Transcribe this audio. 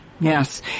Yes